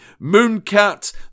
Mooncat